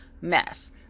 mess